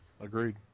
Agreed